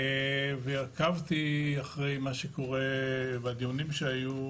ועקבתי אחרי מה שקורה והדיונים שהיו,